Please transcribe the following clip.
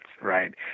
right